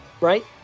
right